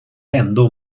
ändå